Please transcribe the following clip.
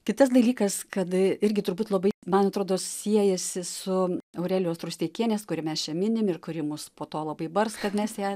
kitas dalykas kad irgi turbūt labai man atrodo siejasi su aurelijos rusteikienės kurią mes čia minim ir kuri mus po to labai bars kad mes ją